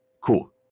cool